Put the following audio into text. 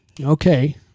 Okay